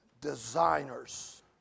designers